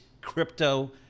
crypto